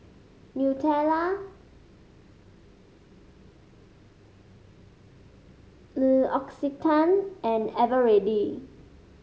Nutella L'Occitane and Eveready